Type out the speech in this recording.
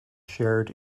shared